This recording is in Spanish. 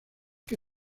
que